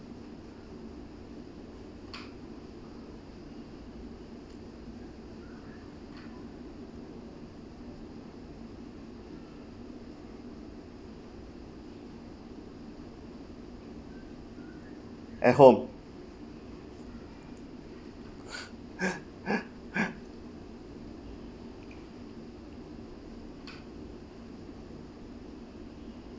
at home